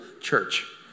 church